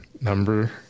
Number